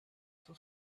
for